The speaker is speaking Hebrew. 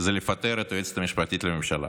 זה לפטר את היועצת המשפטית לממשלה.